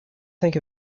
think